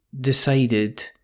decided